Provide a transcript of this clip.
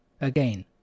again